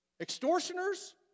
extortioners